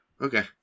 Okay